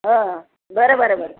हां बरं बरं बरं